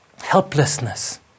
helplessness